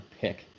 pick